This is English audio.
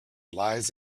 lies